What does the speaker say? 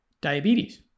diabetes